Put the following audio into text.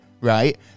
right